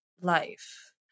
life